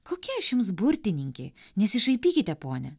kokia aš jums burtininkė nesišaipykite pone